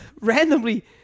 randomly